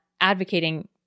advocating